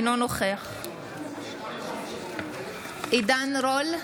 אינו נוכח עידן רול,